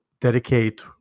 dedicate